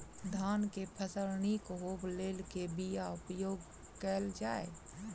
धान केँ फसल निक होब लेल केँ बीया उपयोग कैल जाय?